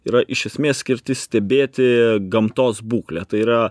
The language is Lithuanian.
yra iš esmės skirti stebėti gamtos būklę tai yra